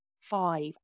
five